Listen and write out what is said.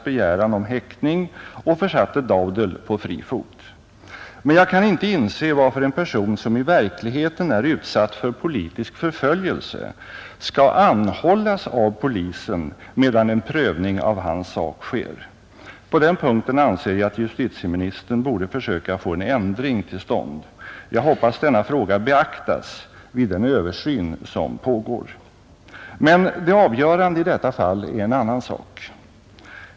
Men jag kan inte inse varför en person som i 15 april 1971 verkligheten är utsatt för politisk förföljelse skall anhållas av plisen, ——— medan en prövning av hans sak sker. På den punkten anser jag att Om åtgärder för att justitieministern borde försöka få en ändring till stånd. Jag hoppas denna fylla behovet av tol fråga beaktas vid den översyn som pågår. kar för domstols Men det avgörande i detta fall är en annan sak.